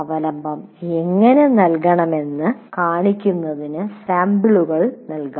അവലംബം എങ്ങനെ നൽകണമെന്ന് കാണിക്കുന്നതിന് സാമ്പിളുകൾ നൽകാം